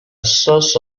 source